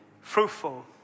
fruitful